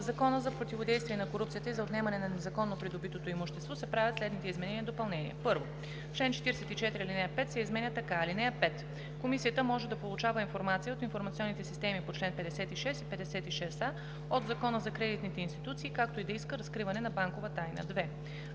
Закона за противодействие на корупцията и за отнемане на незаконно придобитото имущество (обн., ДВ, бр. …) се правят следните изменения и допълнения: 1. В чл. 44 ал. 5 се изменя така: „(5) Комисията може да получава информация от информационните системи по чл. 56 и 56а от Закона за кредитните институции, както и да иска разкриване на банкова тайна.“ 2.